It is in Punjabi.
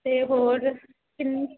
ਅਤੇ ਹੋਰ ਕਿੰਨੀ